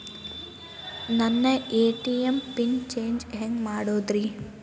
ನನ್ನ ATM pin change ಹೆಂಗ್ ಮಾಡೋದ್ರಿ?